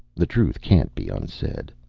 the truth can't be unsaid.